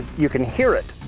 you can hear it,